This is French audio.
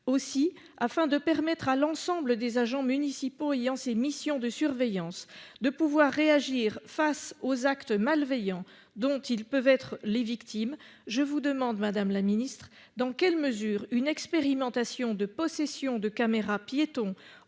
aussi afin de permettre à l'ensemble des agents municipaux ayant ses missions de surveillance, de pouvoir réagir face aux actes malveillants dont ils peuvent être les victimes. Je vous demande Madame la Ministre dans quelle mesure une expérimentation de possession de caméras piétons